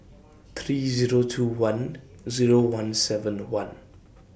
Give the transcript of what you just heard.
three Zero two one Zero one seven one